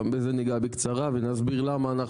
גם בזה ניגע בקצרה ונסביר למה אנחנו